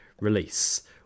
release